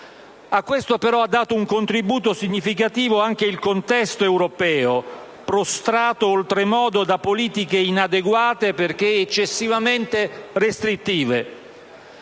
A questo ha dato un contributo significativo anche il contesto europeo, prostrato oltremodo da politiche inadeguate perché eccessivamente restrittive.